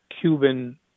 Cuban